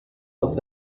off